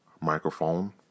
microphone